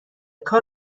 کار